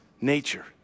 nature